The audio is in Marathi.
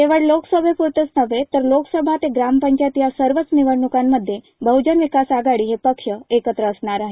केवळ लोकसभे पुरतचं नव्हे तर लोकसभा ते ग्रामपंचायत या सर्वच निवडणुकांमध्ये बहजन विकास आघाडी हे पक्ष एकत्र असणार आहेत